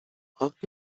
braucht